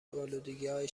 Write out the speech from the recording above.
الودگیهای